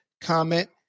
comment